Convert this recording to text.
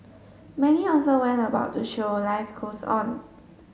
many also went about to show life goes on